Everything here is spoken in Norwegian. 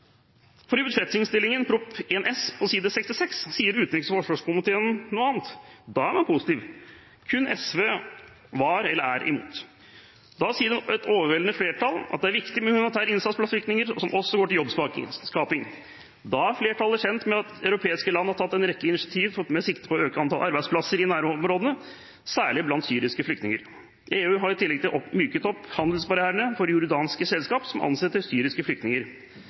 For i budsjettinnstillingen til Prop. 1 S, side 32, sier utenriks- og forsvarskomiteen noe annet. Da er man positiv. Kun SV var – eller er – imot. Da sier et overveldende flertall at det er viktig at humanitær innsats blant flyktninger også går til jobbskaping, og flertallet er kjent med at europeiske land har tatt en rekke initiativ med sikte på å øke antall arbeidsplasser i nærområdene, særlig blant syriske flyktninger. EU har i tillegg myket opp handelsbarrierene for jordanske selskap som ansetter syriske flyktninger.